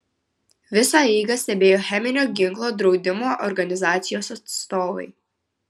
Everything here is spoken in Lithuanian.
visą eigą stebėjo cheminio ginklo draudimo organizacijos atstovai